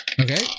Okay